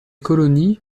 colonies